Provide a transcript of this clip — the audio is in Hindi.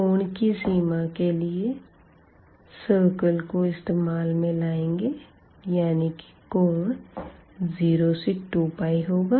कोण की लिमिट के लिए सर्किल को इस्तेमाल में लाएँगे यानी कि कोण 0 to 2π होगा